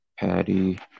patty